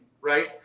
right